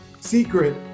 secret